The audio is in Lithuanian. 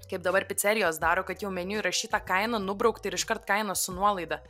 kaip dabar picerijos daro kad jau meniu įrašyta kaina nubraukta ir iškart kaina su nuolaida